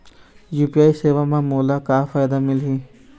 UPI सेवा म मोला का फायदा मिलही?